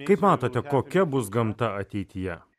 kaip matote kokia bus gamta ateityje